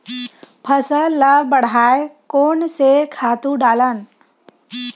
फसल ल बढ़ाय कोन से खातु डालन?